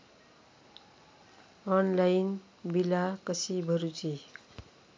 Online बिला कशी भरूची?